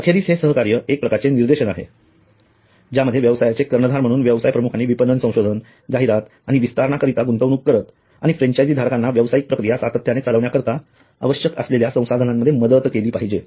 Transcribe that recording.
अखेरीस हे सहकार्य एक प्रकारचे निर्देशन आहेज्यामध्ये व्यवसायाचे कर्णधार म्हणून व्यवसाय प्रमुखांनी विपणन संशोधन जाहिरात आणि विस्तारणाकरिता गुंतवणूक करत आणि फ्रेंचाइजी धारकांना व्यावसायिक प्रक्रिया सातत्याने चालविण्याकरिता आवश्यक असलेल्या संसाधनांमध्ये मदत केली पाहिजे